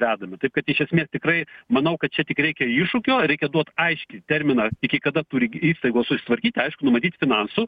vedami taip kad iš esmės tikrai manau kad čia tik reikia iššūkio reikia duot aiškiai terminą iki kada turi įstaigos susitvarkyti aišku numatyti finansų